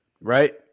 Right